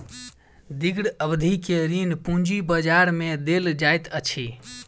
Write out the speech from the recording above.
दीर्घ अवधि के ऋण पूंजी बजार में देल जाइत अछि